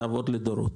תעבוד לדורות.